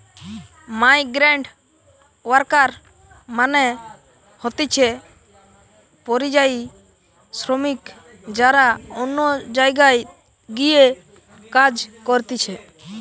migrant worker মানে হতিছে পরিযায়ী শ্রমিক যারা অন্য জায়গায় গিয়ে কাজ করতিছে